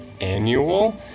annual